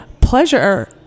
pleasure